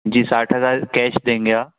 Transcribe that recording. जी साठ हज़ार cash cash देंगे आप